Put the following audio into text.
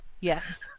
Yes